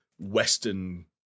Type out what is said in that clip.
Western